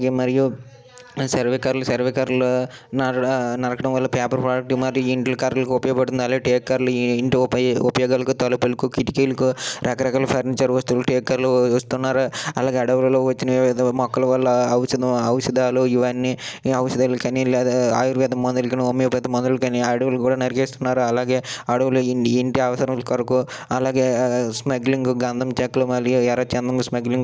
ఆరుబయట ఆటలాడేవారు కానీ ఈరోజుల్లో ప్రస్తుతం అందరూ సాంకేతిక పరిజ్ఞానం అయిన ల్యాప్టాప్లు కానీ కంప్యూటర్స్లు కానీ సెల్లోనే అందరూ గేమ్స్కు ప్రభావితం అవుతున్నారు పబ్జి కానీ ఫ్రీఫైర్ మ్యాక్స్ కానీ లేదంటే స్నేక్స్ గేమ్స్ కానీ లేదంటే గోల్డెన్ టెంపుల్ గాని ఇలా అన్ని అన్ని గేమ్స్ అనేవి చాలా సాంకేతిక పరిజ్ఞానంతో కూడుకున్నాయి ఆ సాంకేతిక పరిజ్ఞానం వల్ల కళ్ళుకి కళ్ళుకి ఎఫెక్ట్ అవుతున్నాయి